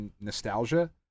nostalgia